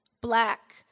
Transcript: black